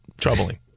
troubling